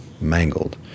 mangled